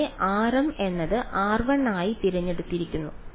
ഇവിടെ rm എന്നത് r1 ആയി തിരഞ്ഞെടുത്തിരിക്കുന്നു